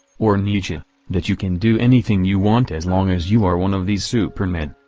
or nietzsche that you can do anything you want as long as you are one of these supermen.